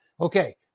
okay